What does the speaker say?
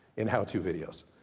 in how-to videos.